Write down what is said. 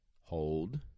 Hold